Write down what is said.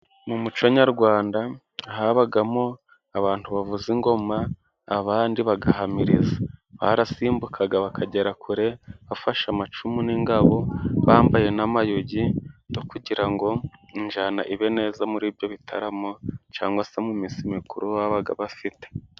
Mu muco nyarwanda habagamo abantu bavuza ingoma, abandi bagahamiriza, barasimbukaga, bakagera kure, bafashe amacumu n'ingabo, bambaye n'amayugi no kugira ngo injyana ibe neza muri ibyo bitaramo cyangwa se mu minsi mikuru babaga bafite.